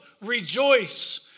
rejoice